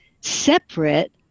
separate